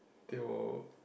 they will